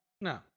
No